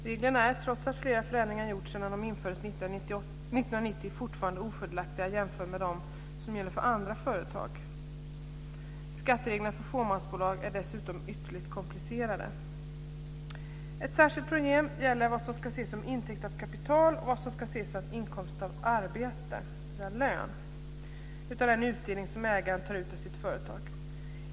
Reglerna är, trots att flera förändringar har gjorts sedan de infördes 1990, fortfarande ofördelaktiga jämfört med dem som gäller för andra företag. Skattereglerna för fåmansbolag är dessutom ytterligt komplicerade. Ett särskilt problem gäller vad som ska ses som intäkt av kapital och vad som ska ses som inkomst av arbete, dvs. lön, av den utdelning som ägaren tar ut ur sitt företag.